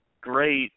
great